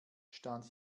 stand